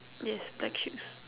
yes black shoes